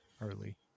early